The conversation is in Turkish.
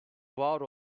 var